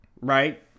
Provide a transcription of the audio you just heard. Right